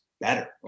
better